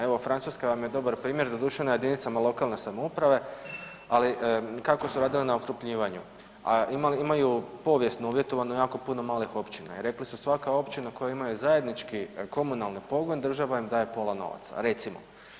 Evo Francuska vam je dobar primjer doduše na jedinicama lokalne samouprave, ali kako su radili na okrupnjivanju, a imaju povijesno uvjetovano jako puno malih općina i rekli su svaka općina koji imaju zajednički komunalni pogon država im daje pola novaca, recimo.